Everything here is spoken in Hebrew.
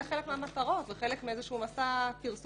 זה חלק מהמטרות וחלק מאיזשהו מסע פרסומי,